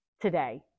today